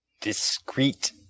discreet